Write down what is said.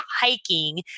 hiking